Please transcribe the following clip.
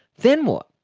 then what?